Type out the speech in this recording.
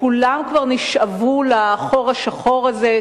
כולם כבר נשאבו לחור השחור הזה,